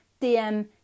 dm